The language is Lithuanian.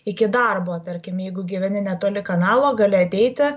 iki darbo tarkim jeigu gyveni netoli kanalo gali ateiti